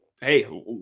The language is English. hey